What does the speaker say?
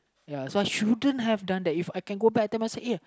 ya so I shouldn't have done that If I can go back to Temasek eh